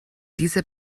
dieser